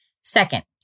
Second